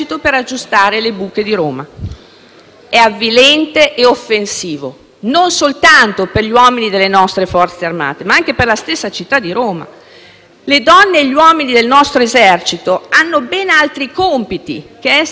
è avvilente e offensivo non soltanto per gli uomini delle nostra Forze armate, ma anche per la stessa città di Roma. Le donne e gli uomini del nostro Esercito hanno compiti ben diversi dall'essere impiegati come tappa buchi,